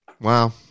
Wow